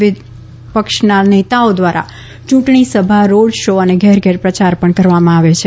વિવિધપક્ષના નેતાઓ દ્વારા ચૂંટણીસભા રોડશો અને ઘેરઘેર પ્રચાર પણ કરવામાં આવે છે